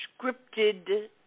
scripted